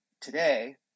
today